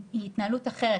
היא התנהלות אחרת,